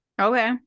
okay